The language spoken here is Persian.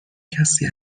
کسی